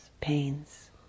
pains